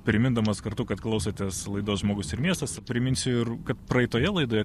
primindamas kartu kad klausotės laidos žmogus ir miestas priminsiu ir kad praeitoje laidoje